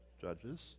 Judges